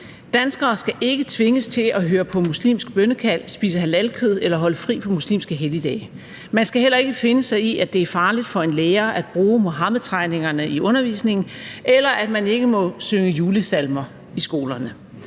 Danskere skal ikke tvinges til at høre på muslimsk bønnekald, spise halalkød eller holde fri på muslimske helligdage. Man skal heller ikke finde sig i, at det er farligt for en lærer at bruge Muhammedtegningerne i undervisningen, eller at man ikke må synge julesalmer i skolerne.